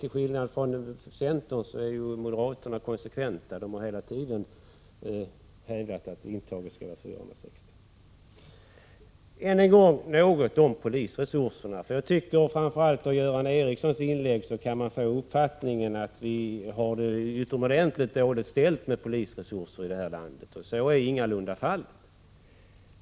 Till skillnad från centern är moderaterna konsekventa och har hela tiden hävdat att intagningen skall avse 460 platser. Än en gång något om polisresurserna. Av framför allt Göran Ericssons inlägg kan man få uppfattningen att det är utomordentligt dåligt ställt med polisresurser i vårt land, men så är ingalunda fallet.